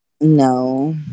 No